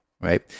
Right